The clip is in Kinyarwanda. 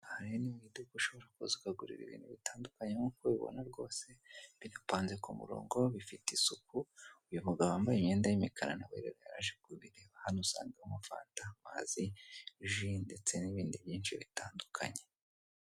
Aha rero ni mu iduka ushobora kuza ukagura ibintu bitandukanye nk'uko ubibona rwose, birapanze kumurongo bifite isuku, uyu mugabo wambaye imyenda y'imikara nawe rero yaraje kubireba hano usangamo fanta, amazi, ji, ndeste nibindi byinshi bitandukanye.